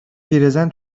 پیرزن